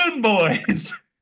boys